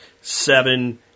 seven